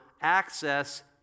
access